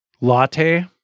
latte